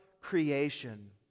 creation